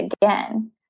again